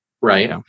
right